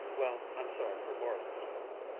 well, i'm sorry for morrison's wife.